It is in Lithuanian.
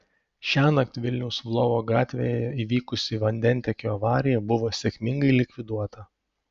šiąnakt vilniaus lvovo gatvėje įvykusi vandentiekio avarija buvo sėkmingai likviduota